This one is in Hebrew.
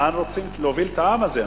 לאן רוצים להוביל את העם הזה.